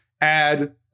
add